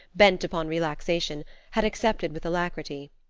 bent upon relaxation, had accepted with alacrity.